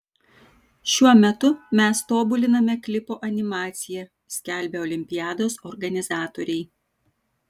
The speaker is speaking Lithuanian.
šiuo metu mes tobuliname klipo animaciją skelbia olimpiados organizatoriai